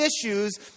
issues